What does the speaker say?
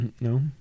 No